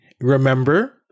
remember